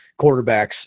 quarterbacks